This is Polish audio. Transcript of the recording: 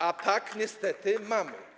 A tak niestety mamy.